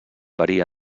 varia